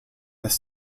this